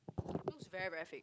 looks very very fake